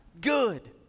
Good